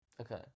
Okay